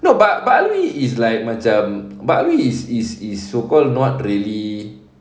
no but bartley is like macam bartley is is is so called not really